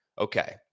Okay